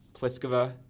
Pliskova